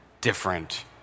different